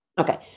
Okay